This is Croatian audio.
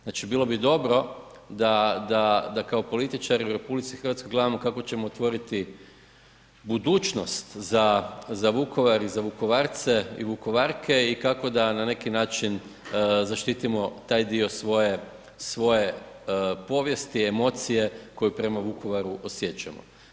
Znači bilo bi dobro da kao političari u RH gledamo kako ćemo otvoriti budućnost za Vukovar i za Vukovarce i Vukovarke i kako da na neki način zaštitimo taj dio svoje povijesti, emocije koje prema Vukovaru osjećamo.